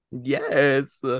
yes